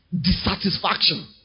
dissatisfaction